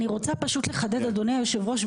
אני רוצה פשוט לחדד אדוני יושב הראש,